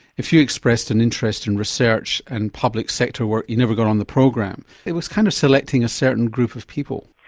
if you expressed an interest in research and public sector work you never got on the program. it was kind of selecting a certain group of people.